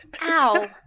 Ow